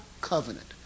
covenant